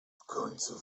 końcu